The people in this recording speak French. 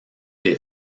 les